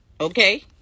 Okay